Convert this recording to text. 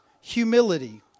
humility